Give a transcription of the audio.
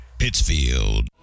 pittsfield